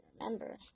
remember